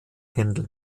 händel